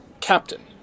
Captain